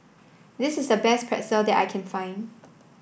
this is the best Pretzel that I can find